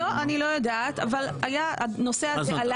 לא, אני לא יודעת אבל הנושא הזה עלה.